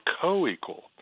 co-equal